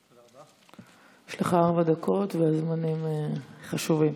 יש לך ארבע דקות, והזמנים חשובים.